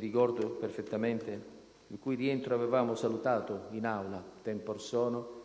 ricordo perfettamente e che avevamo salutato tempo or sono.